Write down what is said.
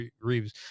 Reeves